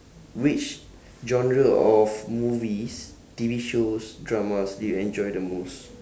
which genre of movies T_V shows dramas do you enjoy the most